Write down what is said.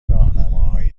راهنماهایی